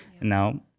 now